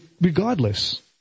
Regardless